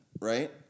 right